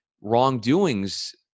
wrongdoings